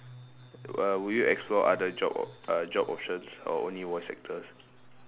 uh would you explore other job o~ uh job options or only voice actors